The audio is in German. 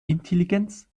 intelligenz